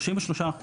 33%,